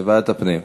לוועדת הפנים.